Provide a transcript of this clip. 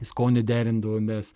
skonį derindavomės